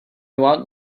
want